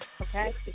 Okay